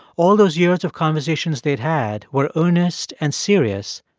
all those years of conversations they'd had were earnest and serious,